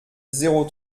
zéro